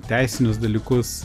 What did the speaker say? teisinius dalykus